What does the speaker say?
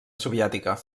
soviètica